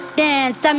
dance